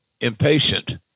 impatient